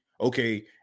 okay